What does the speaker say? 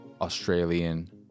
Australian